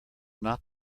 not